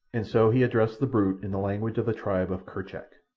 and so he addressed the brute in the language of the tribe of kerchak.